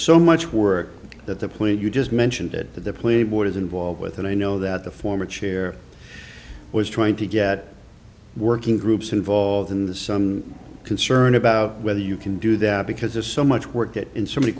so much work that the point you just mentioned that the police board is involved with and i know that the former chair was trying to get working groups involved in the some concern about whether you can do that because there's so much work that in so many